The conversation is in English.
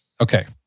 Okay